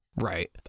Right